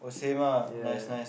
yeah